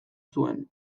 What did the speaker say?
zuen